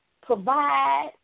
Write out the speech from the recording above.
provide